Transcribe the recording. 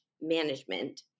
Management